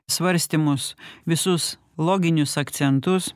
svarstymus visus loginius akcentus